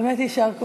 באמת יישר כוחך,